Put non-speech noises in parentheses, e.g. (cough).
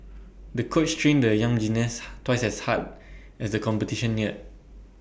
the coach trained the young gymnast (noise) twice as hard as the competition neared